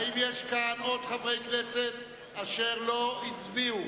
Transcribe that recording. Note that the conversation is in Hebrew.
האם יש פה עוד חברי כנסת שלא הצביעו,